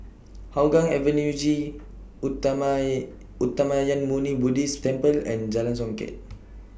Hougang Avenue G Uttamayanmuni Buddhist Temple and Jalan Songket